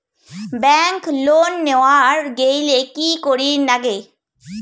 Bank loan নেওয়ার গেইলে কি করীর নাগে?